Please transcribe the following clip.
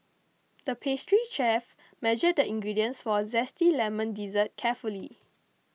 the pastry chef measured the ingredients for a Zesty Lemon Dessert carefully